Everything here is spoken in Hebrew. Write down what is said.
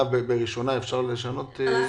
בקריאה ראשונה אפשר לשנות?